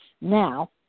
Now